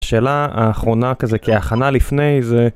שאלה האחרונה כזה כהכנה לפני זה